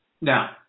Now